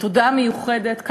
ותודה מיוחדת,